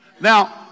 Now